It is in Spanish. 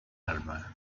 alma